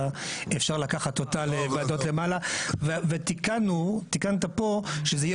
אפשר לקחת אותה לוועדות למעלה ותיקנת פה שזה יהיה